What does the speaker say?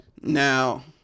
Now